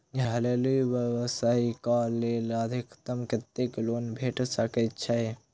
घरेलू व्यवसाय कऽ लेल अधिकतम कत्तेक लोन भेट सकय छई?